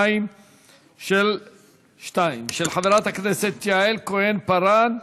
442 של חברת הכנסת יעל כהן-פארן: